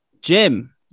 Jim